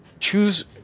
choose